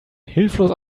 hilflos